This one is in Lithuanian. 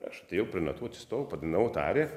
aš atėjau prie natų atsistojau padainavau tą ariją